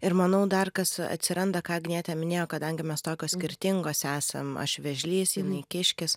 ir manau dar kas atsiranda ką agnietė minėjo kadangi mes tokios skirtingos esam aš vėžlys jinai kiškis